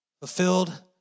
fulfilled